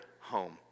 home